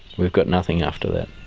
we've got nothing after that.